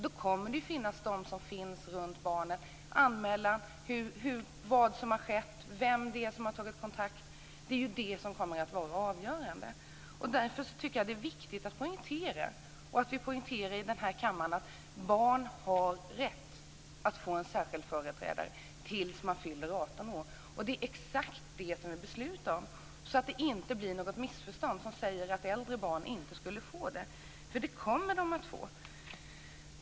Då kommer det att finnas människor runt barnen som gjort anmälan, redogör för vad som har skett och vem det är som har tagit kontakt. Det är ju det som kommer att vara avgörande. Det är viktigt att poängtera i denna kammare att barn har rätt att få en särskild företrädare tills de fyller 18 år, och det är exakt det som vi beslutar om. Det får inte bli något missförstånd som säger att äldre barn inte skulle få den möjligheten, för det kommer de att få.